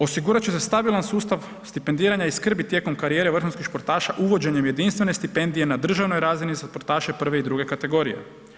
Osigurat će se stabilan sustav stipendiranja i skrbi tijekom karijere vrhunskih športaša uvođenjem jedinstvene stipendije na državnoj razini za športaše prve i druge kategorije.